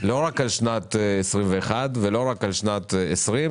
לא רק על שנת 2021 ועל שנת 2020,